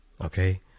Okay